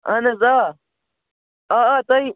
اَہَن حظ آ آ آ تۄہہِ